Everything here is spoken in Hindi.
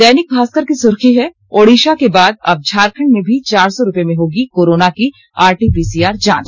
दैनिक भास्कर की सुर्खी है ओडिशा के बाद अब झारखंड में भी चार सौ रूपये में होगी कोरोना की आरटी पीसीआर जांच